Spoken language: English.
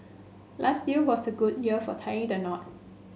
last year was a good year for tying the knot